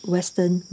Western